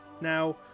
Now